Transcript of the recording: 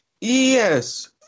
Yes